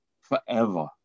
forever